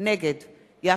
את זה נראה בסוף ההצבעה.